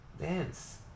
dance